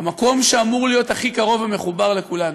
המקום שאמור להיות הכי קרוב ומחובר לכולנו.